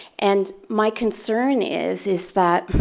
and my concern is, is that